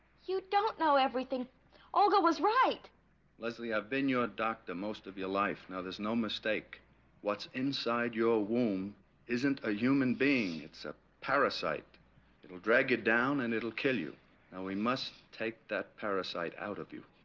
you don't know everything olga was right leslie i've been your doctor most of your life now, there's no mistake what's inside your womb isn't a human being it's a parasite it'll drag it down and it'll kill you now. we must take that parasite out of you